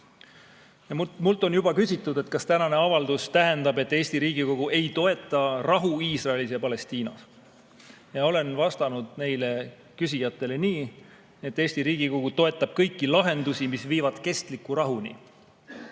Mult on juba küsitud, et kas tänane avaldus tähendab, et Eesti Riigikogu ei toeta rahu Iisraelis ja Palestiinas. Olen vastanud neile küsijatele nii, et Eesti Riigikogu toetab kõiki lahendusi, mis viivad kestliku rahuni.